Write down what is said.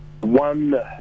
one